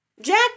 Jack